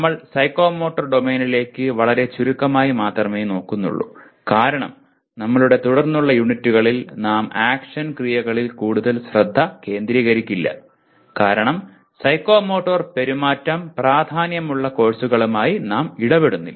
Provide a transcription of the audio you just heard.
നമ്മൾ സൈക്കോമോട്ടർ ഡൊമെയ്നിലേക്ക് വളരെ ചുരുക്കമായി മാത്രമേ നോക്കുന്നുള്ളൂ കാരണം നമ്മളുടെ തുടർന്നുള്ള യൂണിറ്റുകളിൽ നാം ആക്ഷൻ ക്രിയകളിൽ കൂടുതൽ ശ്രദ്ധ കേന്ദ്രീകരിക്കില്ല കാരണം സൈക്കോമോട്ടോർ പെരുമാറ്റം പ്രാധാന്യമുള്ള കോഴ്സുകളുമായി നാം ഇടപെടുന്നില്ല